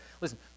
Listen